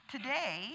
Today